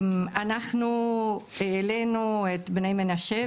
אנחנו העלינו את בני מנשה,